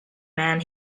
man